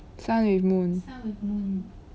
sun with moon